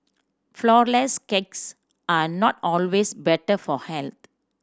flourless cakes are not always better for health